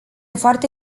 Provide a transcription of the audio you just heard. foarte